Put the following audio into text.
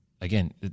again